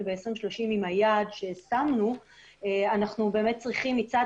ב-2030 עם היעד ששמנו אנחנו באמת צריכים מצד